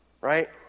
right